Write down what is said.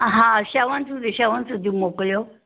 हा हा छवनि सूधी छवनि सुधियूं मोकिलियो